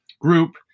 group